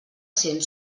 cent